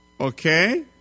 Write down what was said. okay